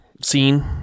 Scene